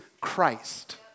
Christ